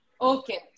Okay